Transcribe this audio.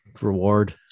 reward